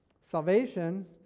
Salvation